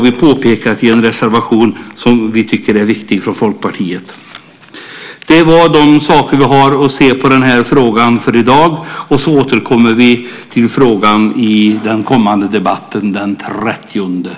I denna reservation har vi från Folkpartiet påpekat att vi tycker att detta är viktigt. Det var det som jag ville ta upp i dag och återkommer till frågan i den kommande debatten senare i vår.